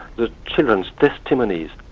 the children's testimonies,